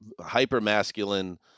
Hyper-masculine